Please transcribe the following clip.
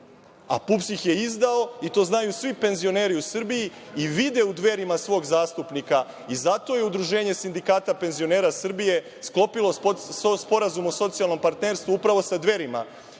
a PUPS ih je izdao i to znaju svi penzioneri u Srbiji i vide u Dverima svog zastupnika. Zato je Udruženje sindikata penzionera Srbije sklopilo Sporazum o socijalnom partnerstvu upravo sa Dverima